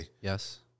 Yes